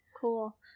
Cool